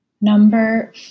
Number